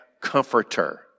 comforter